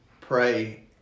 pray